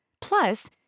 plus